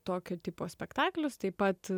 tokio tipo spektaklius taip pat